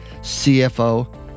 CFO